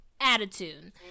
Attitude